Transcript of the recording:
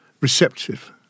receptive